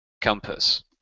Compass